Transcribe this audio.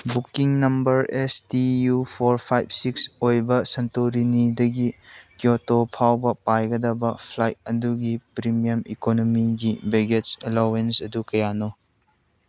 booking number S T U four five six ꯑꯣꯏꯕ ꯁꯦꯟꯇꯣꯔꯤꯅꯤꯗꯒꯤ Kyoto ꯐꯥꯎꯕ ꯄꯥꯏꯒꯗꯕ ꯐ꯭ꯂꯥꯏꯠ ꯑꯗꯨꯒꯤ ꯄ꯭ꯔꯤꯃꯤꯌꯝ ꯏꯀꯣꯅꯣꯃꯤꯒꯤ ꯕꯦꯒꯦꯖ ꯑꯦꯂꯣꯋꯦꯟꯁ ꯑꯗꯨ ꯀꯌꯥꯅꯣ